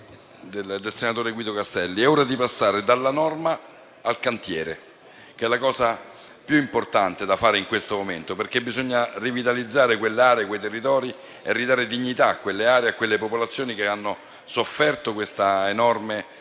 del senatore Guido Castelli: «È ora di passare dalla norma al cantiere», che è la cosa più importante da fare in questo momento, perché bisogna rivitalizzare quei territori e ridare dignità a quelle aree e a quelle popolazioni che hanno sofferto una enorme